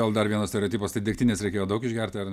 gal dar vienas stereotipas tai degtinės reikėjo daug išgerti ar